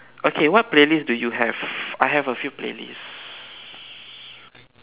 okay what playlist do you have I have a few playlist